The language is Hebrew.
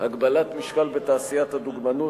הגבלת משקל בתעשיית הדוגמנות,